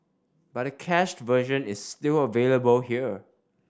but a cached version is still available here